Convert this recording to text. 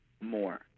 more